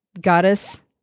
Goddess